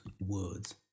words